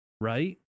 right